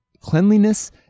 cleanliness